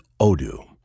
Odoo